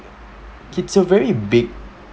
it's a very big